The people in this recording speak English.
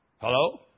Hello